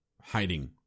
hiding